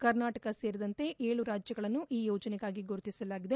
ಕರ್ನಾಟಕ ಸೇರಿದಂತೆ ಏಳು ರಾಜ್ಯಗಳನ್ನು ಈ ಯೋಜನೆಗಾಗಿ ಗುರುತಿಸಲಾಗಿದೆ